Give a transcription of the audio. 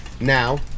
Now